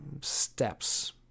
steps